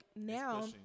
now